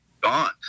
gone